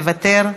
מוותר,